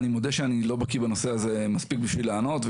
אני מודה שאני לא בקיא בנושא הזה מספיק בשביל לענות,